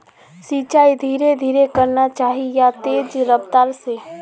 सिंचाई धीरे धीरे करना चही या तेज रफ्तार से?